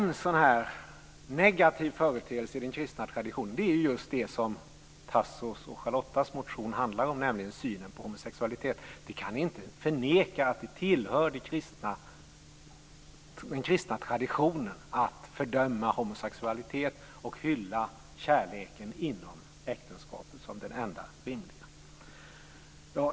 Det är just en sådan negativ företeelse i den kristna traditionen som Tasso Stafilidis och Charlotta L Bjälkebrings motion handlar om, nämligen synen på homosexualitet. Det kan inte förnekas att det tillhör den kristna traditionen att fördöma homosexualitet och hylla kärleken inom äktenskapet som den enda rimliga.